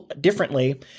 differently